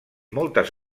moltes